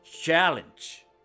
challenge